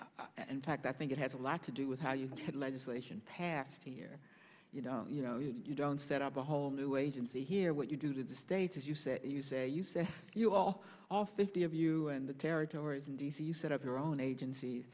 in fact i think it has a lot to do with how you've had legislation passed here you know you know you don't set up a whole new agency here what you do to the states is you say you say you said you all all fifty of you in the territories in d c you set up your own agenc